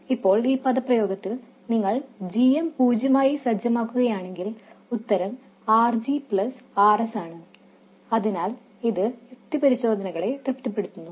ഇപ്പോൾ ഈ പദപ്രയോഗത്തിൽ നിങ്ങൾ gm പൂജ്യമായി സജ്ജമാക്കുകയാണെങ്കിൽ ഉത്തരം RG Rsആണ് അതിനാൽ ഇത് യുക്തിപരിശോധനകളെ തൃപ്തിപ്പെടുത്തുന്നു